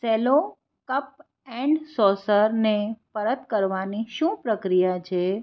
Cello cup and સોસરને પરત કરવાની શું પ્રક્રિયા છે